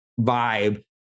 vibe